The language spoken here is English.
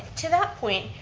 to that point,